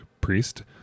priest